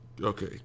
Okay